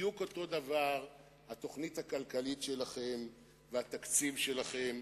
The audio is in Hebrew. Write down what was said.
בדיוק אותו דבר התוכנית הכלכלית שלכם והתקציב שלכם.